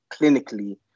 clinically